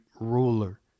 ruler